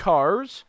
Cars